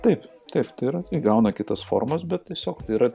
taip taip tai yra įgauna kitas formas bet tiesiog tai yra